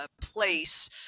place